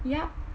yup